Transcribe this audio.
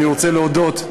אני רוצה להודות,